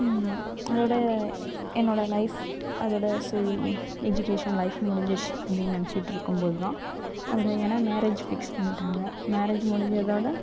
அதோடு என்னோடய லைஃப் அதோடு சரி எஜுகேஷன் லைஃப் முடிஞ்சிடுத்து அப்படின்னு நினச்சிட்டு இருக்கும்போது தான் அப்புறம் ஏன்னா மேரேஜ் ஃபிக்ஸ் பண்ணிவிட்டாங்க மேரேஜ் முடிஞ்சதோடு